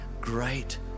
great